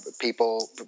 people